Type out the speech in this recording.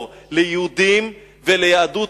אור ליהודים וליהדות,